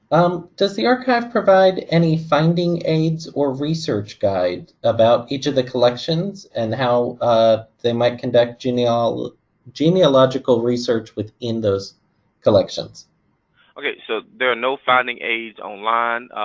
um does the archive provide any finding aids or research guides about each of the collections and how ah they might conduct genealogical genealogical research within those collections? madyun ok, so there are no finding aids online.